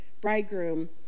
bridegroom